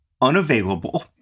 unavailable